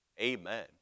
Amen